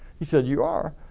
he said you are?